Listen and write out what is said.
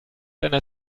einer